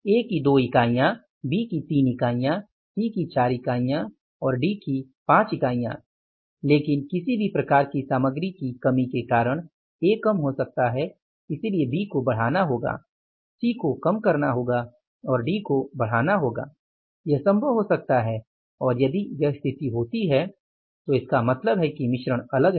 A की 2 इकाइयाँ B की 3 इकाइयाँ C की 4 इकाइयाँ और D की 5 इकाइयाँ लेकिन किसी भी प्रकार की सामग्री की कमी के कारण A कम हो सकती है इसलिए B को बढ़ाना होगा सी को कम करना होगा और डी को बढ़ाना होगा यह संभव हो सकता है और यदि यह स्थिति होती है तो इसका मतलब है कि मिश्रण अलग है